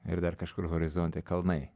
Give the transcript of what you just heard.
ir dar kažkur horizonte kalnai